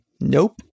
nope